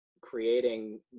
creating